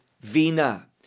vina